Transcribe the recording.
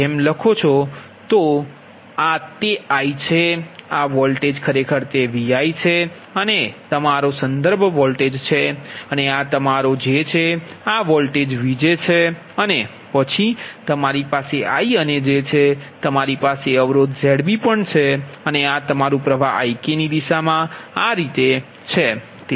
જો તમે આ જેમ લખો છો તો આ તે i છે આ વોલ્ટેજ ખરેખર તે Vi છે અને આ તમારો સંદર્ભ વોલ્ટેજ છે અને આ તમારો j છે આ વોલ્ટેજ Vj છે અને પછી તમારી પાસે i j છે તમારી પાસે અવરોધ Zb છે અને આ તમારું પ્ર્વાહ Ik ની દિશામાં આ રીતે છે